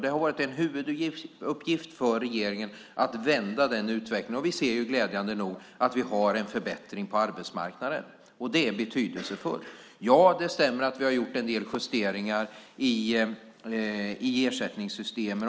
Det har varit en huvuduppgift för regeringen att vända den utvecklingen. Vi ser glädjande nog att vi har en förbättring på arbetsmarknaden. Det är betydelsefullt. Det stämmer att vi har gjort en del justeringar i ersättningssystemen.